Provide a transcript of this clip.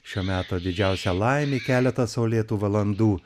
šio meto didžiausia laimė keleta saulėtų valandų